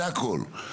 זה הכל.